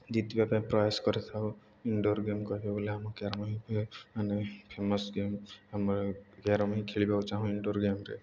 ଜିତିବା ପାଇଁ ପ୍ରୟାସ କରିଥାଉ ଇନଡ଼ୋର୍ ଗେମ୍ କହିବାକୁ ଗଲେ ଆମ କ୍ୟାରମ୍ ହିଁ ମାନେ ଫେମସ୍ ଗେମ୍ ଆମର କ୍ୟାରମ୍ ହିଁ ଖେଳିବାକୁ ଚାହୁଁ ଇନଡ଼ୋର୍ ଗେମ୍ରେ